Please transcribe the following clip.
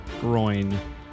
Groin